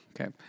Okay